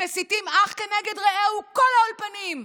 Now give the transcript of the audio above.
מסיתים אח כנגד רעהו, כל האולפנים.